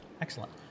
excellent